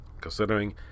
considering